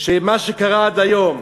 שמה שקרה עד היום,